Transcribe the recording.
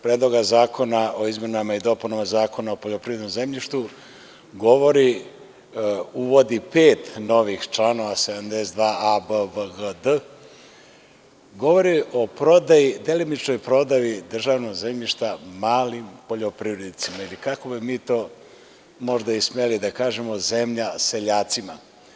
Predloga zakona o izmenama i dopunama Zakona o poljoprivrednom zemljištu govori, uvodi pet novih članova 72. a) b) v) g) d), govori o prodaji, delimičnoj prodaji državnog zemljišta malim poljoprivrednicima ili kako bi mi to možda i smeli da kažemo, zemlja seljacima.